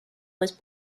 was